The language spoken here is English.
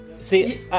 See